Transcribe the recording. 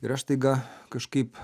ir aš staiga kažkaip